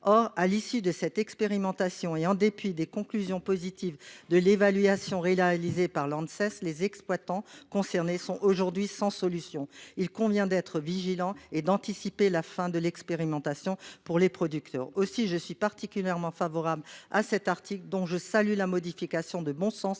Or, à l'issue de cette expérimentation, et en dépit des conclusions positives de l'évaluation réalisée par l'Anses, les exploitants concernés sont aujourd'hui sans solution. Il convient d'être vigilant et d'anticiper la fin de l'expérimentation pour les producteurs. Aussi, je suis particulièrement favorable à cet article, dont je salue la modification de bon sens